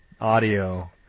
audio